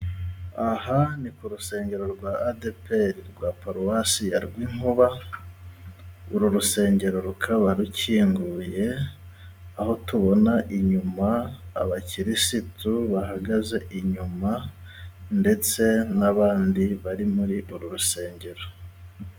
Aha ni ku rusengero rwa adeperi, rwa Paruwasi ya Rwinkuba uru rusengero rukaba rukinguye, aho tubona inyuma abakirisitu bahagaze inyuma, ndetse n'abandi bari muri uru rusengero.